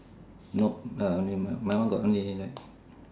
nope uh I mean my one got only like